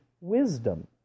wisdom